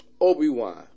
Obi-Wan